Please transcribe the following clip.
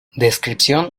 descripción